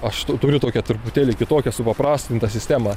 aš tu turiu tokią truputėlį kitokią supaprastintą sistemą